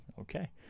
Okay